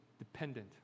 dependent